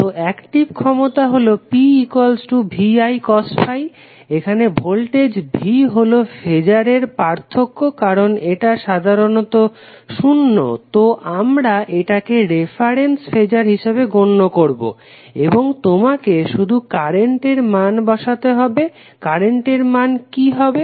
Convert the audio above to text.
তো অ্যাকটিভ ক্ষমতা হলো P VI cos φ এখানে ভোল্টেজ V হলো ফেজারের পার্থক্য কারণ এটা সাধারণত শূন্য তো আমরা এটাকে রেফারেন্স ফেজার হিসাবে গণ্য করবো এবং তোমাকে শুধু কারেন্টের মান বসাতে হবে কারেন্টের মান কি হবে